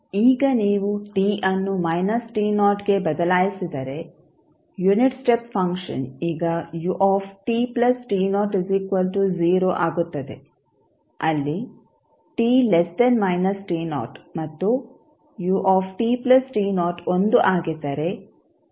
ಈಗ ನೀವು t ಅನ್ನು ಗೆ ಬದಲಾಯಿಸಿದರೆ ಯುನಿಟ್ ಸ್ಟೆಪ್ ಫಂಕ್ಷನ್ ಈಗ ಆಗುತ್ತದೆ ಅಲ್ಲಿ ಮತ್ತು ಆಗಿದ್ದರೆ ಆಗಿರುತ್ತದೆ